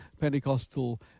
Pentecostal